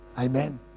Amen